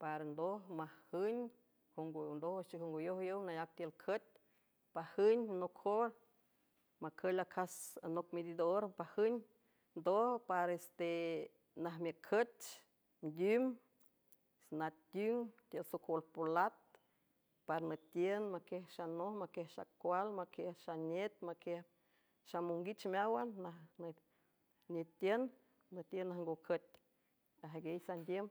par ndoj majün jngndojwüx chejongoyojyow nayac tiül cüet pajüng nojor macül acas anoc mididor pajün ndoj pares tenajmiücüch ndim sanatiing tiül socol pulat par nütiün maquiejxanoj maquiej xacual maquiej xanet maquiej xamonguich meáwan jnetiün nütiün najngo cüet ajaiguiey sandiüm.